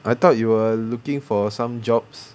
I thought you were looking for some jobs